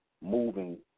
moving